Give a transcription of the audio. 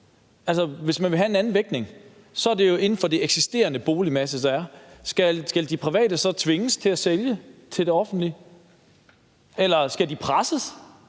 hvis man vil have en anden vægtning, er det jo inden for den eksisterende boligmasse, der er. Skal de private så tvinges til at sælge til det offentlige? Eller skal de presses